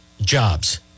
jobs